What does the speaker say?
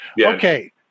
Okay